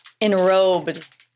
Enrobed